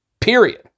Period